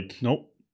nope